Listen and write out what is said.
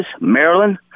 Maryland